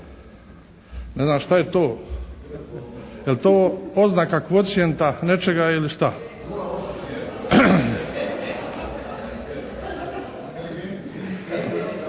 Ne znam šta je to, jel to oznaka kvocijenta nečega ili šta.